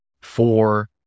four